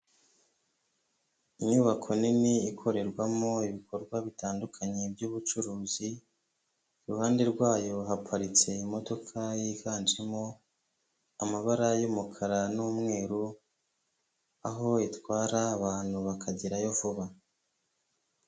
Inyubako nini ikorerwamo ibikorwa bitandukanye by'ubucuruzi iruhande rwayo haparitse imodoka yiganjemo amabara y'umukara n'umweru aho itwara abantu bakagerayo vuba